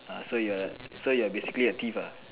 ah so you're a so you're basically a thief ah